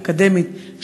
אקדמית,